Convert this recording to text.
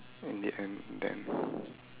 in the end then